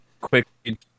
quick